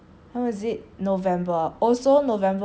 when was it november oh so